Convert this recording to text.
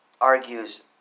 argues